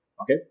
okay